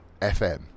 FM